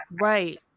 right